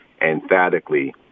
emphatically